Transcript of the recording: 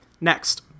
Next